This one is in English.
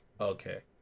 Okay